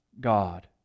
God